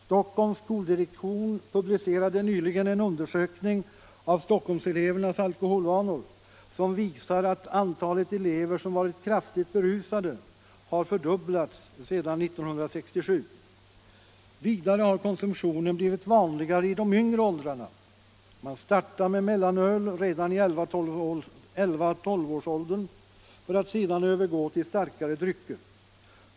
Stockholms skoldirektion publicerade nyligen en undersökning av Stockholmselevernas alkoholvanor, som visar att antalet elever som varit kraftigt berusade har fördubblats sedan 1967. Vidare har konsumtionen blivit vanligare i de yngre åldrarna. Man startar med mellanöl redan i 11-12-årsåldern för att sedan övergå till starkare drycker.